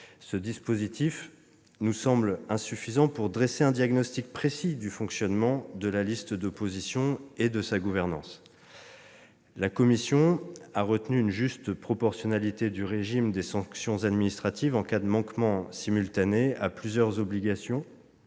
Ce dispositif nous semble insuffisant pour dresser un diagnostic précis du fonctionnement de la liste d'opposition et de sa gouvernance. La commission a retenu une juste proportionnalité du régime des sanctions administratives en cas de manquements simultanés à plusieurs obligations